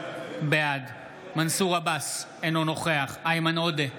בעד מנסור עבאס, אינו נוכח איימן עודה,